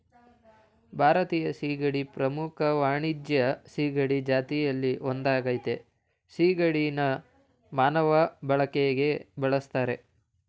ಭಾರತೀಯ ಸೀಗಡಿ ಪ್ರಮುಖ ವಾಣಿಜ್ಯ ಸೀಗಡಿ ಜಾತಿಲಿ ಒಂದಾಗಯ್ತೆ ಸಿಗಡಿನ ಮಾನವ ಬಳಕೆಗೆ ಬಳುಸ್ತರೆ